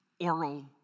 Oral